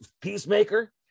Peacemaker